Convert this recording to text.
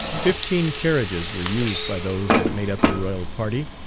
fifteen carriages were used by those that made up the royal party.